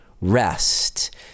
rest